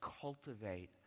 cultivate